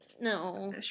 no